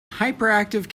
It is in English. hyperactive